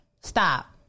Stop